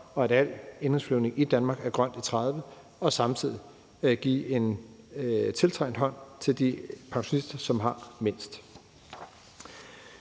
og at al indenrigsflyvning i Danmark er grøn i 2030, og samtidig give en tiltrængt hånd til de pensionister, som har mindst.